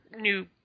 new